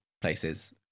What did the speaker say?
places